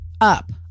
up